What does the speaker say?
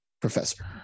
professor